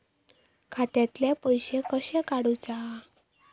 खात्यातले पैसे कशे काडूचा?